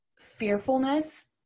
fearfulness